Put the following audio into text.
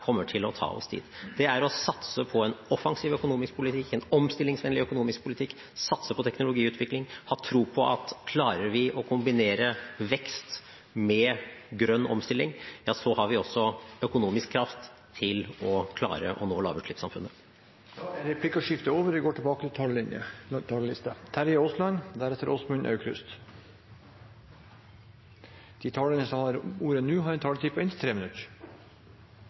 kommer til å ta oss dit. Det er å satse på en offensiv økonomisk politikk, en omstillingsvennlig økonomisk politikk, satse på teknologiutvikling, ha tro på at klarer vi å kombinere vekst med grønn omstilling, ja så har vi også økonomisk kraft til å klare å nå lavutslippssamfunnet. Replikkordskiftet er omme. De talere som heretter får ordet, har en taletid på inntil 3 minutter. Hvis det vi nå hørte statsråden redegjorde for, skulle være oppspillet til klimaredegjørelsen etterpå, har